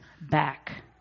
back